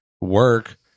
work